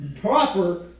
proper